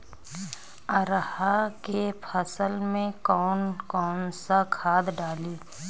अरहा के फसल में कौन कौनसा खाद डाली?